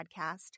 podcast